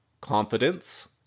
confidence